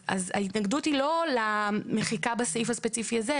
אז ההתנגדות היא לא למחיקה בסעיף הספציפי הזה,